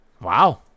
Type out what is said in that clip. Wow